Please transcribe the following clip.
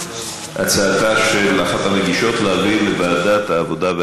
הצעתה של אחת המגישות להעביר לוועדת העבודה,